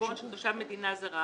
כחשבון של תושב מדינה זרה,